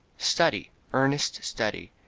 study, earnest study.